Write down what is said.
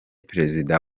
perezida